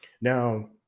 now